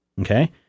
okay